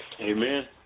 Amen